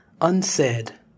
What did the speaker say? unsaid